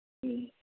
ꯎꯝ